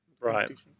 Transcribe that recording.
Right